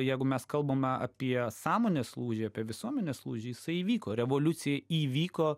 jeigu mes kalbame apie sąmonės lūžį apie visuomenės lūžį jisai įvyko revoliucija įvyko